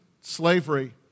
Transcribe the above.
slavery